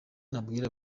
nabwira